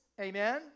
amen